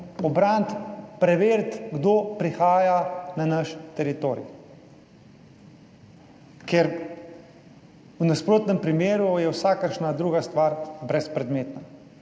ubraniti, preveriti, kdo prihaja na naš teritorij. Ker v nasprotnem primeru je vsakršna druga stvar brezpredmetna.